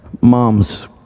Moms